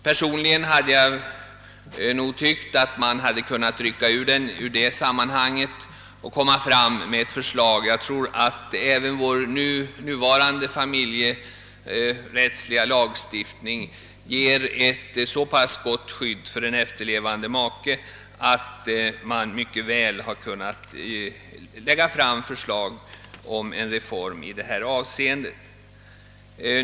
Personligen har jag ansett att man hade kunnat rycka ut den ur det sammanhanget och komma fram med ett separat förslag. Jag tror att även vår nuvarande familjerättsliga lagstiftning ger ett så pass gott skydd för den efterlevande maken, att man mycket väl hade kunnat lägga fram förslag om en reform beträffande arvsrätten.